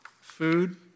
Food